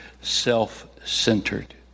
self-centered